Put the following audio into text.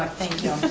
ah thank you